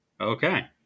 Okay